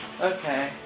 Okay